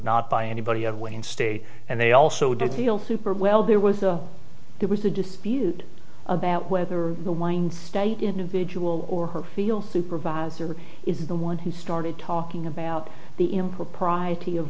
not by anybody of wayne state and they also did feel super well there was a there was a dispute about whether the wine state individual or her feel supervisor is the one who started talking about the impropriety of